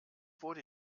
wurde